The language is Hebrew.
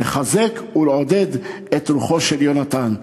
לחזק ולעודד את רוחו של יונתן.